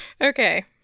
Okay